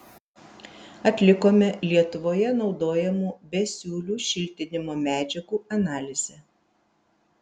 atlikome lietuvoje naudojamų besiūlių šiltinimo medžiagų analizę